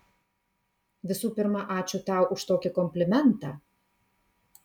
visų pirma ačiū tau už tokį komplimentą